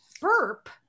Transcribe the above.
burp